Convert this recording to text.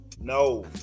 No